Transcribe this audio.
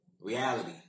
reality